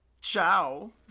ciao